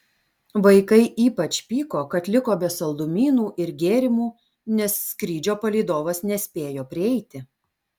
vaikai ypač pyko kad liko be saldumynų ir gėrimų nes skrydžio palydovas nespėjo prieiti